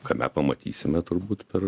kame pamatysime turbūt per